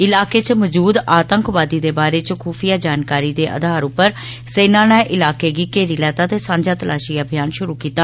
इलाके च मजूद आतंकवादी दे बारे च खूफिया जानकारी दे अधार उप्पर सेना नै इलाके गी घेरी लैता ते सांझा तलाशी अभियान शुरू कीता